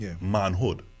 manhood